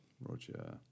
Roger